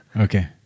Okay